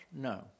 No